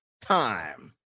time